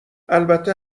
البته